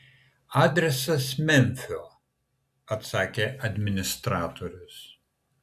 adresas memfio atsakė administratorius